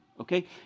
okay